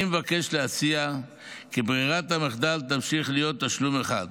אני מבקש להציע כי ברירת המחדל תמשיך להיות תשלום אחד,